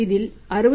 அதில் 63